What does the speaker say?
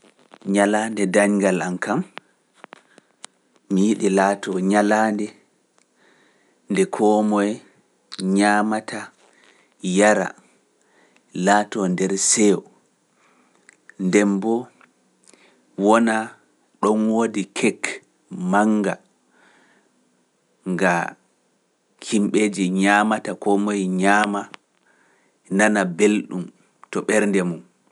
Nyalaande dañgal am kam, mi yiɗi laatoo nyalaande nde koo moye ñaamataa yara laatoo nder seyo. Nde mbo wona ɗoon woodi kek mannga ngaa himbeeji ñaamata, koo moye ñaama nana belɗum to ɓernde mum.